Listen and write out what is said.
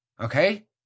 Okay